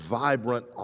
vibrant